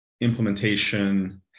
implementation